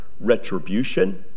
retribution